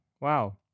Wow